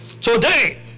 Today